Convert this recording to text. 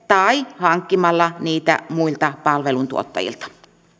tai hankkimalla niitä muilta palveluntuottajilta